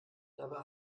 dabei